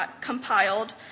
compiled